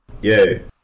yay